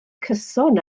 cyson